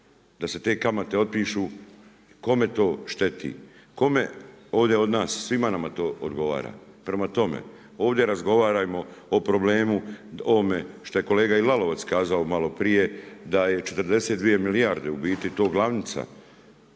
da se te kamate otpišu, kome to šteti? Kome ovdje od nas svima nama to odgovara. Prema tome, ovdje razgovarajmo o problemu ovome što je i kolega Lalovac kazao maloprije da je 42 milijarde u biti to glavnica